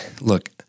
look